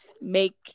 make